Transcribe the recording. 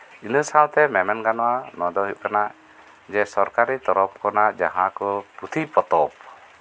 ᱤᱱᱟᱹ ᱥᱟᱶᱛᱮ ᱢᱮᱢᱮᱱ ᱜᱟᱱᱚᱜᱼᱟ ᱱᱚᱣᱟ ᱫᱚ ᱦᱩᱭᱩᱜ ᱠᱟᱱᱟ ᱡᱮ ᱥᱚᱨᱠᱟᱨᱤ ᱛᱚᱨᱚᱯᱷ ᱠᱷᱚᱱᱟᱜ ᱡᱟᱸᱦᱟ ᱠᱚ ᱯᱩᱛᱷᱤ ᱯᱚᱛᱚᱵᱽ